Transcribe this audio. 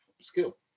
skill